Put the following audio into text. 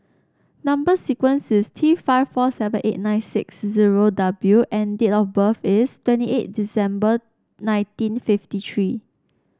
number sequence is T five four seven eight nine six zero W and date of birth is twenty eight December nineteen fifty tree